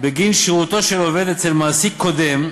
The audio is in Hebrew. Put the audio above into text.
בגין שירותו של עובד אצל מעסיק קודם.